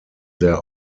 their